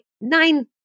nine